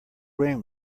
ring